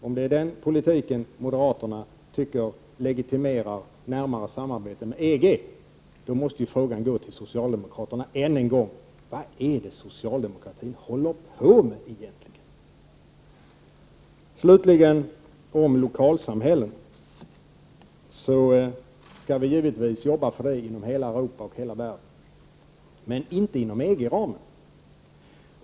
Om det är den politiken moderaterna tycker legitimerar närmare samarbete med EG, då måste frågan gå till socialdemokraterna än en gång: Vad är det socialdemokraterna håller på med egentligen? Slutligen några ord om lokalsamhällen. Vi skall givetvis jobba för detta i Europa och i hela världen, men inte inom EG:s ram.